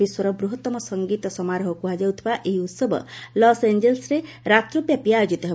ବିଶ୍ୱର ବୃହତ୍ତମ ସଙ୍ଗୀତ ସମାରୋହ କୃହାଯାଉଥିବା ଏହି ଉହବ ଲସ୍ ଏଞ୍ଜେଲସ୍ରେ ରାତ୍ରବ୍ୟାପୀ ଆୟୋଜିତ ହେବ